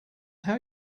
how